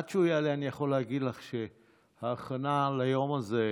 עד שהוא יעלה אני יכול להגיד לך שבהכנה ליום הזה,